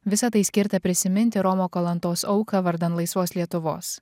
visa tai skirta prisiminti romo kalantos auką vardan laisvos lietuvos